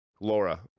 Laura